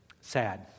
Sad